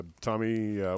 Tommy